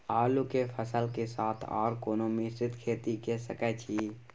आलू के फसल के साथ आर कोनो मिश्रित खेती के सकैछि?